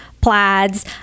plaids